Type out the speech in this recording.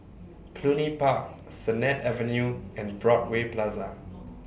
Cluny Park Sennett Avenue and Broadway Plaza